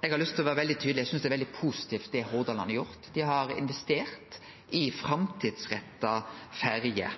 Eg har lyst til å vere tydeleg. Eg synest det er veldig positivt det Hordaland har gjort. Dei har investert i framtidsretta ferjer.